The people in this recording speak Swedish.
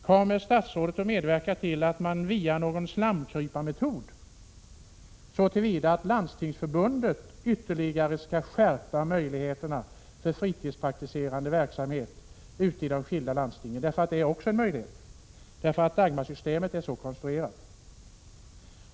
Kommer statsrådet att medverka till att man via någon ”slamkryparmetod” i Landstingsförbundet ytterligare begränsar möjligheterna för fritidspraktikverksamhet i de skilda landstingen? Det är också en möjlighet, eftersom Dagmarsystemet är så konstruerat.